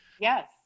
Yes